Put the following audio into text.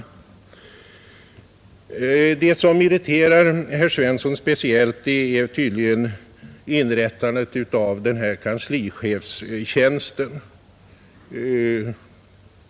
Det som irriterar herr Svensson speciellt är tydligen inrättandet av den här kanslichefstjänsten.